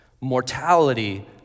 mortality